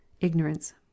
Ignorance